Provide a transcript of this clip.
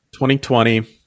2020